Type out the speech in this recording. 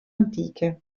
antiche